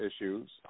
issues